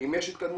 אם יש התקדמות,